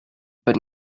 but